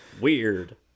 weird